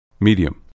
Medium